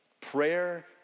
Prayer